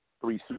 three